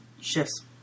shifts